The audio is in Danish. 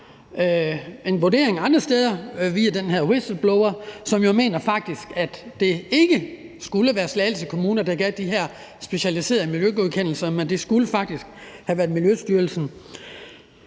en vurdering andre steder, via den her whistleblower, som jo faktisk mener, at det ikke skulle være Slagelse Kommune, der gav de her specialiserede miljøgodkendelser, men faktisk skulle have været Miljøstyrelsen.